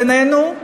בינינו,